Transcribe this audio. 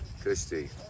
Christy